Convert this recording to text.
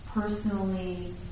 personally